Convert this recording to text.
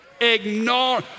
Ignore